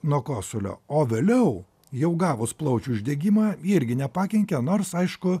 nuo kosulio o vėliau jau gavus plaučių uždegimą irgi nepakenkė nors aišku